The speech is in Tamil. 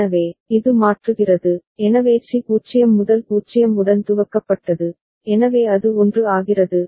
எனவே இது மாற்றுகிறது எனவே சி 0 0 உடன் துவக்கப்பட்டது எனவே அது 1 ஆகிறது